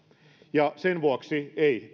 ja sen vuoksi ei